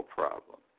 problem